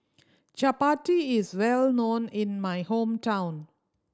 chapati is well known in my hometown